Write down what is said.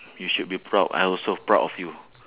you should be proud I also proud of you